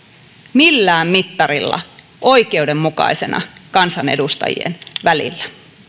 millään mittarilla oikeudenmukaisena kansanedustajien välillä